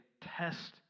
Test